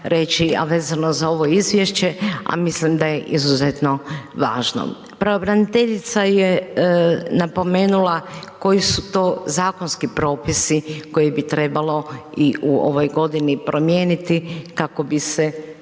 reći, a vezano za ovo izvješće a mislim da je izuzetno važno. Pravobraniteljica je napomenula koji su to zakonski propisi koje bi trebalo i u ovoj godini i promijeniti, kako bi se